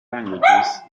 languages